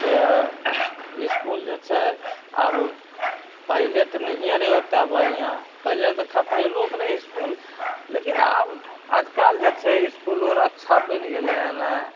तऽ इसकूल जे छै आब पहिले तऽ नहिएँ रहै ओतेक बढ़िआँ पहिले तऽ खपरैलोके रहै इसकूल लेकिन आब आजकाल जे छै इसकूलो रऽ अच्छा बन गेलै हन